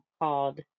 called